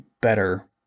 better